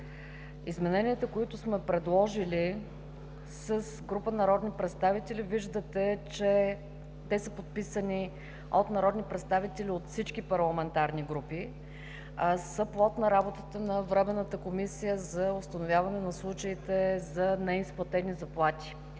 измененията, които сме предложили с група народни представители, виждате, че са подписани от народни представители от всички парламентарни групи и са плод на работата на Временната комисия за установяване на случаите за неизплатени заплати,